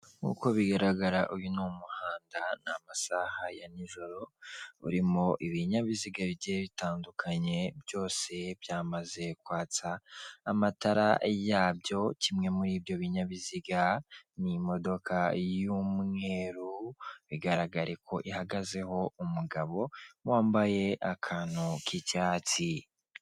Nk'uko bigaragara uyu ni umuhanda ni amasaha ya nijoro, urimo ibinyabiziga bigiye bitandukanye, byose byamaze kwatsa amatara yabyo, kimwe muri ibyo binyabiziga ni imodoka y'umweru bigaragare ko ihagazeho umugabo wambaye akantu k'icyatsi.